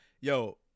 yo